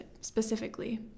specifically